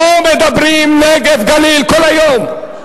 פה מדברים: נגב-גליל, כל היום.